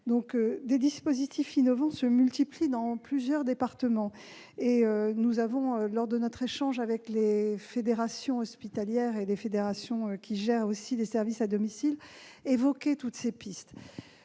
Des dispositifs innovants se multiplient dans plusieurs départements. Nous avons, lors de notre échange avec les fédérations hospitalières et les fédérations qui gèrent les services à domicile, évoqué toutes ces pistes.